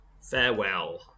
farewell